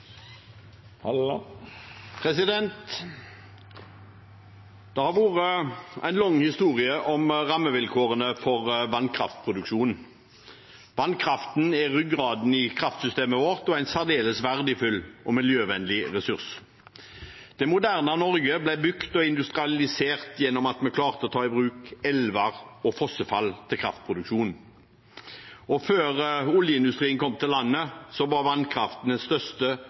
Det har vært en lang historie om rammevilkårene for vannkraftproduksjonen. Vannkraften er ryggraden i kraftsystemet vårt og en særdeles verdifull og miljøvennlig ressurs. Det moderne Norge ble bygd og industrialisert gjennom at vi klarte å ta i bruk elver og fossefall til kraftproduksjon. Før oljeindustrien kom til landet, var vannkraften den største,